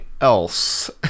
else